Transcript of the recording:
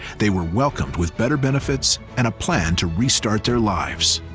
they were welcomed with better benefits and a plan to restart their lives.